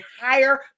higher